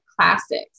classics